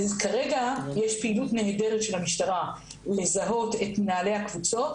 כרגע יש פעילות נהדרת של המשטרה לזהות את מנהלי הקבוצות,